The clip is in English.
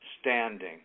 standing